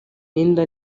n’inda